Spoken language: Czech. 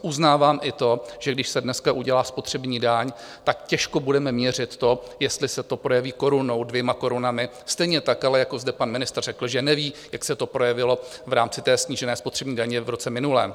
Uznávám i to, že když se dneska udělá spotřební daň, tak těžko budeme měřit to, jestli se to projeví korunou, dvěma korunami, stejně tak ale, jako zde pan ministr řekl, že neví, jak se to projevilo v rámci snížené spotřební daně v roce minulém.